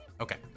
okay